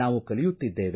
ನಾವು ಕಲಿಯುತ್ತಿದ್ದೇವೆ